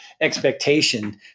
expectation